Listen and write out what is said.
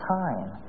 time